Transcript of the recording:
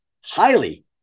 highly